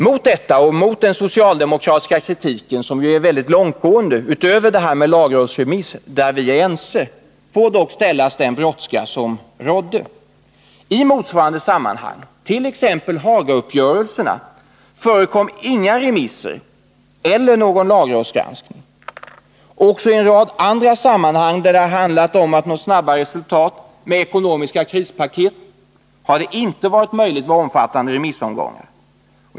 Mot detta och mot den socialdemokratiska kritiken, som är mycket långtgående, får dock ställas den brådska som rådde. I motsvarande sammanhang, t.ex. vid de s.k. Hagauppgörelserna, förekom inga remisser eller någon lagrådsgranskning. Också i en rad andra sammanhang där det har handlat om att nå snabba resultat med ekonomiska krispaket har det inte varit möjligt att ha omfattande remissomgångar.